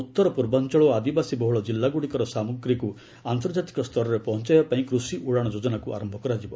ଉତ୍ତର ପୂର୍ବାଞ୍ଚଳ ଓ ଆଦିବାସୀ ବହୁଳ ଜିଲ୍ଲାଗୁଡ଼ିକର ସାମଗ୍ରୀକୁ ଆନ୍ତର୍ଜାତିକ ସ୍ତରରେ ପହଞ୍ଚାଇବାପାଇଁ କୃଷି ଉଡ଼ାଣ ଯୋଜନାକୁ ଆରୟ କରାଯିବ